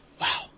Wow